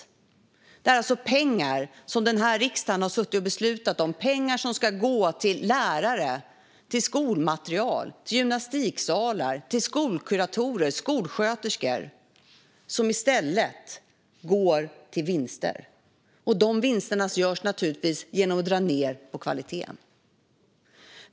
Det här är alltså pengar som riksdagen har beslutat ska gå till lärare, skolmaterial, gymnastiksalar, skolkuratorer och skolsköterskor men som i stället går till vinster. Och dessa vinster görs givetvis genom att dra ned på kvaliteten.